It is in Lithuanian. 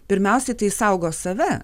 pirmiausiai tai saugo save